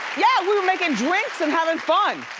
yeah, we were making drinks and having fun!